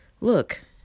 look